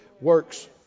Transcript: Works